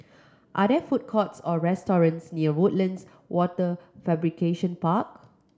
are there food courts or restaurants near Woodlands Wafer Fabrication Park